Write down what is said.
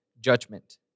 judgment